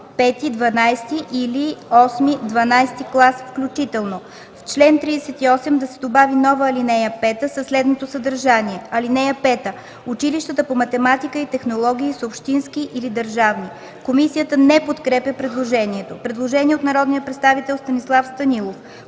(V-XII или VIII-XII клас включително);” В чл. 38 да се добави нова алинея 5 със следното съдържание: „(5) Училищата по математика и технологии са общински или държавни.” Комисията не подкрепя предложението. Предложение от народния представител Станислав Станилов.